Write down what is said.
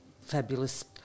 fabulous